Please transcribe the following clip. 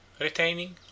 retaining